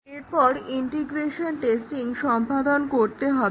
এরপর integration testing সম্পাদন করতে হবে